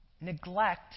neglect